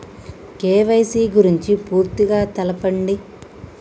KYC గురించి పూర్తిగా తెలపండి?